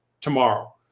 tomorrow